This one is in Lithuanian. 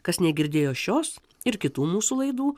kas negirdėjo šios ir kitų mūsų laidų